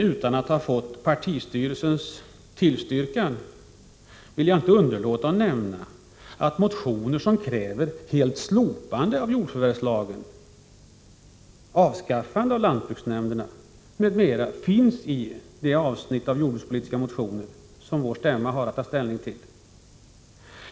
Utan att ha fått partistyrelsens tillstyrkan, kan jag ändå inte underlåta att nämna att förslag som kräver slopande av jordförvärvslagen, avskaffande av lantbruksnämnderna m.m. finns i de jordbrukspolitiska motioner som vår stämma har att ta ställning till.